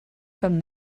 from